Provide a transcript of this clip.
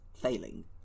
failing